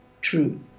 true